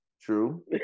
True